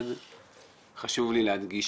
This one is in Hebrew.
חשוב לי להדגיש,